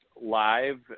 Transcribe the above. live